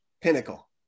pinnacle